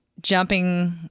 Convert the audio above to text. jumping